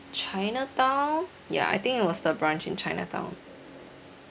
chinatown ya I think it was the branch in chinatown